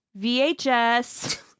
VHS